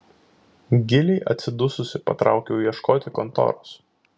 giliai atsidususi patraukiau ieškoti kontoros